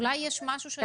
אולי יש משהו שאפשר לעשות?